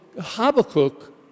Habakkuk